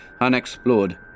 unexplored